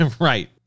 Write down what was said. Right